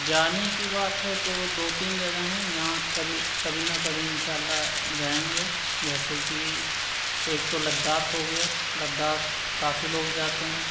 جانے کی بات ہے تو دو تین جگہیں ہیں یہاں کبھی کبھی نہ کبھی ان شاء اللّہ جائیں گے جیسے کہ ایک تو لداخ ہو گیا لداخ کافی لوگ جاتے ہیں